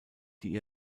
die